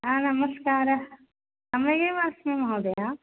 नमस्कारः समयगेव अस्मि महोदय